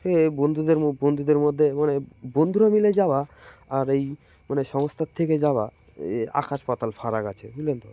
হ বন্ধুদের বন্ধুদের মধ্যে মানে বন্ধুরা মিলে যাওয়া আর এই মানে সংস্থার থেকে যাওয়া আকাশ পাতাল ফারাক আছে বুঝলেন তো